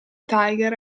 tiger